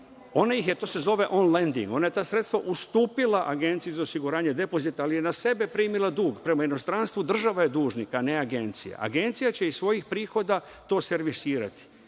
ona ih je, to se zove „on lending“, ona je ta sredstva ustupila Agenciji za osiguranje depozita, ali je na sebe primila dug. Prema inostranstvu država je dužnik, a ne Agencija. Agencija će iz svojih prihoda to servisirati.